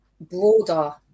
broader